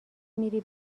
میری